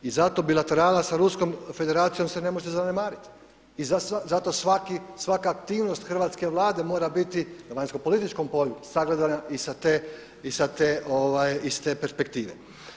I zato bilaterala sa Ruskom federacijom se ne može zanemariti i zato svaka aktivnost hrvatske Vlade mora biti na vanjsko-političkom polju sagledana i sa te perspektive.